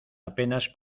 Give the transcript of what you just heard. apenas